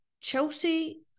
Chelsea